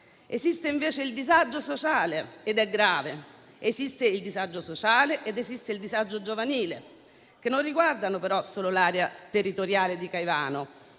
Esiste invece il disagio sociale ed è grave. Esiste il disagio sociale ed esiste il disagio giovanile, che non riguardano però solo l'area territoriale di Caivano,